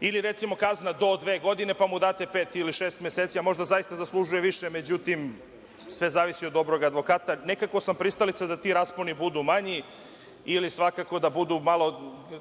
Ili, recimo, kazna do dve godine, pa mu date pet ili šest meseci, a možda zaista zaslužuje više, međutim, sve zavisi od dobrog advokata. Nekako sam pristalica da ti rasponi budu manji, ili, svakako, da budu malo